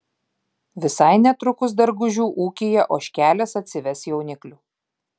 visai netrukus dargužių ūkyje ožkelės atsives jauniklių